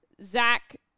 Zach